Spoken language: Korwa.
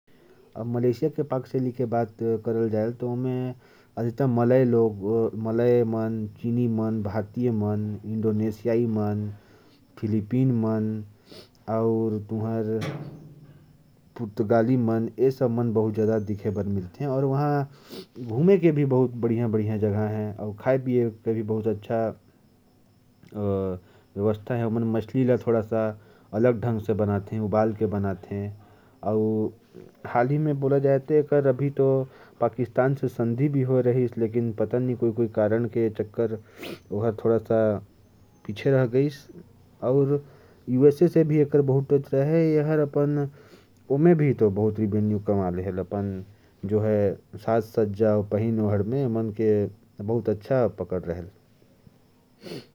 मलेशिया की पाक शैली के बारे में बात करें तो, वहां ज्यादातर मलय, चीनी और इंडोनेशियाई लोग मिलते हैं। और वहां घूमने के लिए बढ़िया जगहें हैं। वहां मछली को बहुत बढ़िया ढंग से बनाया जाता है। मलेशिया साज-सज्जा में भी बहुत आगे है।